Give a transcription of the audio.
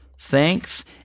Thanks